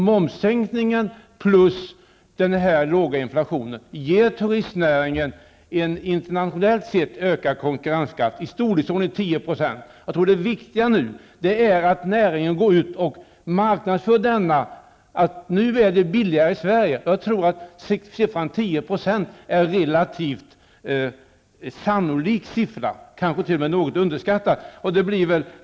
Momssänkningen plus den låga inflationen ger turistnäringen en internationellt sett ökad konkurrenskraft i storleksordningen 10 %. Jag tror att det viktiga nu är att näringen går ut och marknadsför att det nu är billigare i Sverige. Siffran 10 % är en relativt sannolik siffra, kanske t.o.m. något underskattad.